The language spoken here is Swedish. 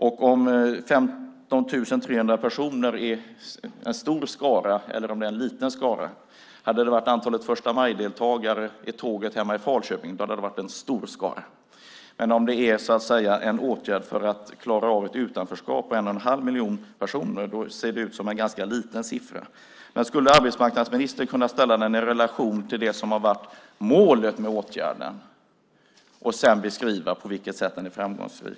Är 15 300 personer en stor skara eller en liten skara? Om det hade varit antalet deltagare i förstamajtåget hemma i Falköping hade det varit en stor skara, men om det är en åtgärd för att klara av ett utanförskap för en och en halv miljon personer är det en ganska liten skara. Skulle arbetsmarknadsministern kunna ställa det i relation till det som var målet med åtgärden och sedan beskriva på vilket sätt det är framgångsrikt?